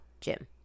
Jim